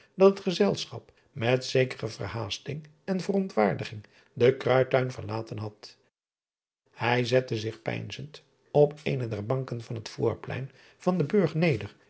dat het gezelschap met zekere verhaasting en verontwaardiging den ruidtuin driaan oosjes zn et leven van illegonda uisman verlaten had ij zette zich peinzend op eene der banken van het voorplein van den urg neder